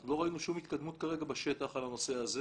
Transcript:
אנחנו לא ראינו שום התקדמות כרגע בשטח על הנושא הזה